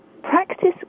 practice